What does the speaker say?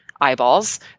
eyeballs